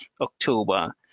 October